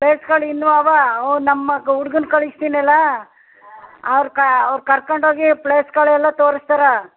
ಪ್ಲೇಸ್ಗಳು ಇನ್ನೂ ಇವೆ ಅವು ನಮ್ಮ ಹುಡ್ಗನ್ನ ಕಳಿಸ್ತೀನಿ ಅಲ್ವಾ ಅವ್ರು ಕ ಅವ್ರು ಕರ್ಕೊಂಡೋಗಿ ಪ್ಲೇಸ್ಗಳೆಲ್ಲ ತೋರಿಸ್ತಾರ